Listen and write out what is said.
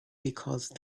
because